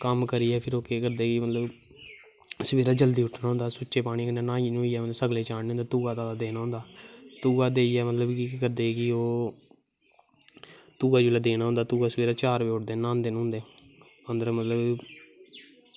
कम्म करियै ओह् केह् करदे मतलव सवेरैं जल्दी उट्ठनां होंदा सुच्चे पानी कन्नैं न्हाई न्हुईयै सगले चाड़नें होंदे नै तुगा देनां होंदा तुगा देइयै केह् करदे कि मतलव ओह् तुगा देनां होंदा चार बज़े न्हांदे अन्दर मतलव